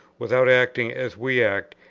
without acting as we act,